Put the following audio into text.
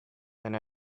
and